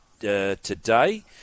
today